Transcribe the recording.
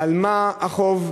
על מה החוב,